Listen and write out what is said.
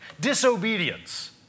Disobedience